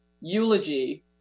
eulogy